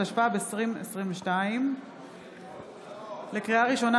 התשפ"ב 2022. לקריאה ראשונה,